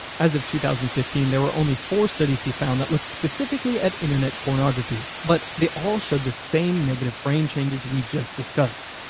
as of two thousand and fifteen there were only four studies he found that looked specifically at internet pornography. but, they all showed the same negative brain changes we just discussed.